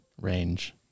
range